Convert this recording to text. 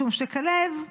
משום שכלב,